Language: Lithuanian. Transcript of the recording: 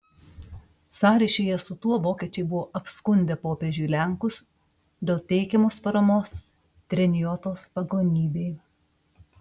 sąryšyje su tuo vokiečiai buvo apskundę popiežiui lenkus dėl teikiamos paramos treniotos pagonybei